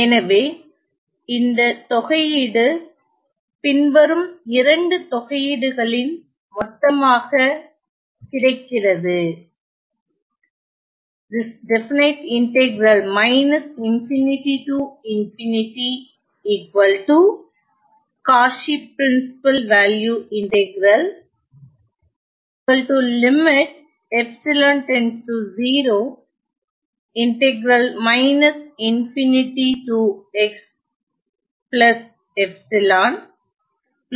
எனவே இந்த தொகையீடு பின்வரும் இரண்டு தொகையீடுகளின் மொத்தமாகக் கிடைக்கிறது